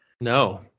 no